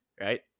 right